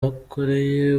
bakoreye